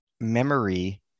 Memory